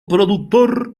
productor